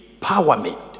empowerment